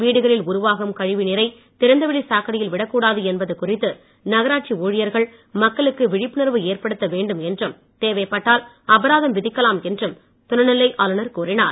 வீடுகளில் உருவாகும் கழிவு நீரை திறந்தவெளிச் சாக்கடையில் விடக்கூடாது என்பது குறித்து நகராட்சி ஊழியர்கள் மக்களுக்கு விழிப்புணர்வு ஏற்படுத்த வேண்டும் என்றும் தேவைப்பட்டால் அபராதம் விதிக்கலாம் என்றும் துணைநிலை ஆளுனர் கூறினார்